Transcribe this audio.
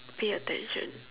pay attention